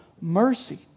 mercy